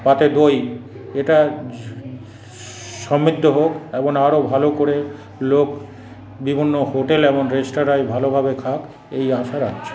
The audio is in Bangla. পাতে দই এটা সমৃদ্ধ হোক এবং আরো ভালো করে লোক বিভিন্ন হোটেল এবং রেস্তোরাঁয় ভালোভাবে খাক এই আশা রাখছি